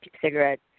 cigarette